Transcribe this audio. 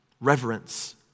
reverence